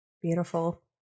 Beautiful